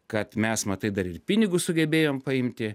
kad mes matai dar ir pinigus sugebėjom paimti